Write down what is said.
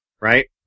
Right